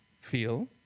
feel